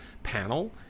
panel